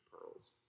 pearls